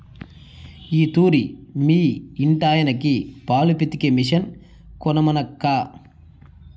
ఈ తూరి మీ ఇంటాయనకి పాలు పితికే మిషన్ కొనమనక్కా